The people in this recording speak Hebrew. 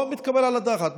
לא מתקבל על הדעת.